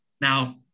Now